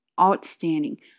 outstanding